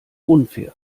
unfair